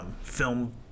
film